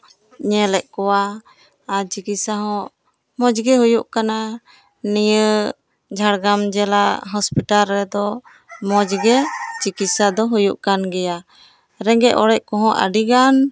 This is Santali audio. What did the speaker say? ᱧᱮᱞᱮᱫ ᱠᱚᱣᱟ ᱟᱨ ᱪᱤᱠᱤᱛᱥᱟ ᱦᱚᱸ ᱢᱚᱡᱽ ᱜᱮ ᱦᱩᱭᱩᱜ ᱠᱟᱱᱟ ᱱᱤᱭᱟᱹ ᱡᱷᱟᱲᱜᱨᱟᱢ ᱡᱮᱞᱟ ᱦᱚᱸᱥᱯᱤᱴᱟᱞ ᱨᱮᱫᱚ ᱢᱚᱡᱽᱜᱮ ᱪᱤᱠᱤᱛᱥᱟ ᱫᱚ ᱦᱩᱭᱩᱜ ᱠᱟᱱ ᱜᱮᱭᱟ ᱨᱮᱸᱜᱮᱡ ᱚᱲᱮᱡ ᱠᱚᱦᱚᱸ ᱟᱹᱰᱤᱜᱟᱱ